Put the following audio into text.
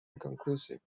inconclusive